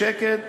בשקט,